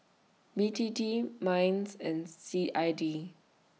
B T T Minds and C I D